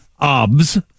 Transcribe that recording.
obs